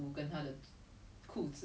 it's not a ego thing it's just like a